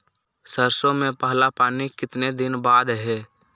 सरसों में पहला पानी कितने दिन बाद है?